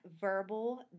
Verbal